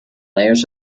layers